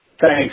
Thanks